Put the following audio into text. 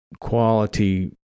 quality